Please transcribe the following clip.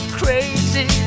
crazy